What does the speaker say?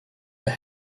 they